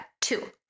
two